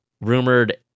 rumored